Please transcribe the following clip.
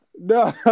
no